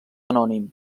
anònim